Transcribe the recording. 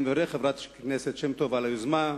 אני מברך את חברת הכנסת שמטוב על היוזמה.